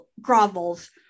grovels